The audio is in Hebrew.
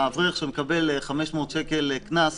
לאברך שמקבל 500 שקל קנס